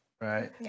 right